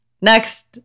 Next